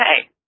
hey